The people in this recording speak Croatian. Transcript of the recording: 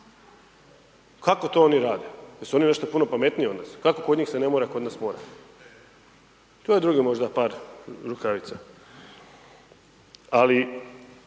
Kako to oni rade, jer su oni nešto puno pametniji od nas, kako kod njih se ne mora, kod nas mora? To je drugi možda par rukavica. Ali,